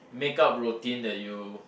make-up routine that you